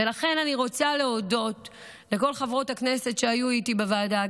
ולכן אני רוצה להודות לכל חברות הכנסת שהיו איתי בוועדה,